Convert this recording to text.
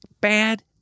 bad